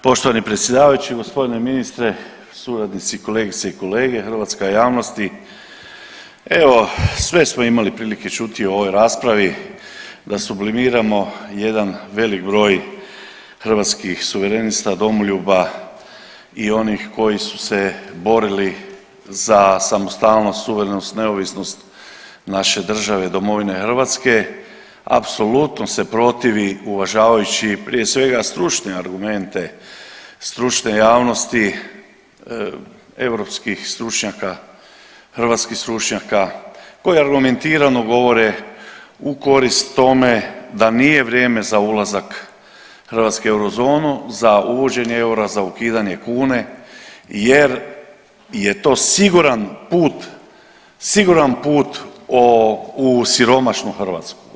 Poštovani predsjedavajući, gospodine ministre, suradnici, kolegice i kolege, hrvatska javnosti, evo sve smo imali prilike čuti u ovoj raspravi da sublimiramo jedan velik broj Hrvatskih suverenista, domoljuba i onih koji su se borili za samostalnost, suverenost, neovisnost naše države domovine Hrvatske, apsolutno se protivi uvažavajući prije svega stručne argumente stručne javnosti, europskih stručnjaka, hrvatskih stručnjaka koje argumentirano govore u korist tome da nije vrijeme za ulazak Hrvatske u eurozonu za uvođenje eura, za ukidanje kune jer je to siguran put, siguran put u siromašnu Hrvatsku.